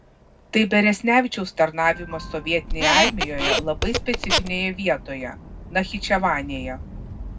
tai beresnevičiaus tarnavimas sovietinėje armijoje labai specifinėje vietoje nachičevanėje